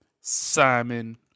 Simon